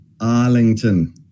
Arlington